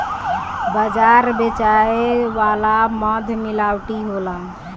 बाजार बेचाए वाला मध मिलावटी होला